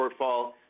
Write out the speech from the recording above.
shortfall